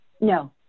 no